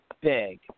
big